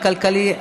הכלכלי,